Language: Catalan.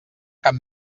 cap